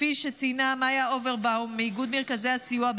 כפי שציינה בדיון מאיה אוברבאום מאיגוד מרכזי הסיוע,